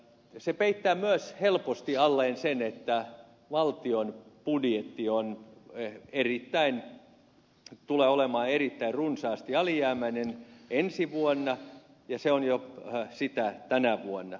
tämä peittää myös helposti alleen sen että valtion budjetti tulee olemaan erittäin runsaasti alijäämäinen ensi vuonna ja se on sitä jo tänä vuonna